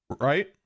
Right